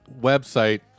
website